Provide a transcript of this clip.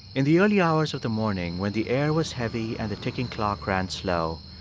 in the early hours of the morning, when the air was heavy and the ticking clock ran slow,